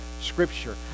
Scripture